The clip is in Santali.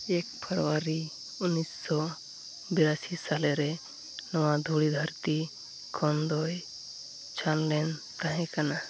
ᱮᱹᱠ ᱯᱷᱮᱹᱵᱽᱣᱟᱨᱤ ᱩᱱᱤᱥᱥᱚ ᱵᱤᱨᱟᱥᱤ ᱥᱟᱞᱮᱨᱮ ᱱᱚᱣᱟ ᱫᱷᱩᱲᱤ ᱫᱷᱟᱹᱨᱛᱤ ᱠᱷᱚᱱᱫᱚᱭ ᱪᱷᱟᱱᱞᱮᱱ ᱛᱟᱦᱮᱸ ᱠᱟᱱᱟ